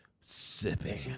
sipping